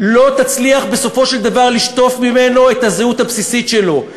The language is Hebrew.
לא יצליחו בסופו של דבר לשטוף ממנו את הזהות הבסיסית שלו.